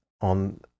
on